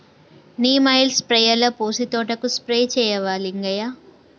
neem oil స్ప్రేయర్లో పోసి తోటకు స్ప్రే చేయవా లింగయ్య